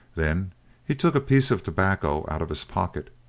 then he took a piece of tobacco out of his pocket,